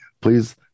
please